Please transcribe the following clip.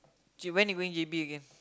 when you going J_B again